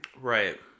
Right